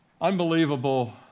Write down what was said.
unbelievable